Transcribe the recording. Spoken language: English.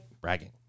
bragging